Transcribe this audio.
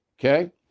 okay